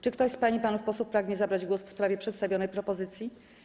Czy ktoś z pań i panów posłów pragnie zabrać głos w sprawie przedstawionej propozycji?